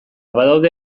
badaude